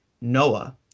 Noah